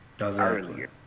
earlier